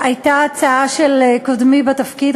הייתה הצעה של קודמי בתפקיד,